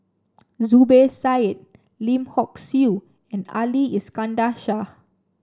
Zubir Said Lim Hock Siew and Ali Iskandar Shah